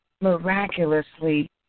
miraculously